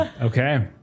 Okay